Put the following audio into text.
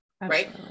right